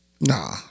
Nah